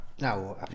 Now